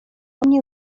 mnie